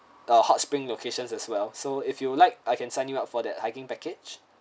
ah hot spring locations as well so if you would like I can sign you up for that hiking package